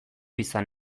izan